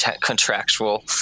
contractual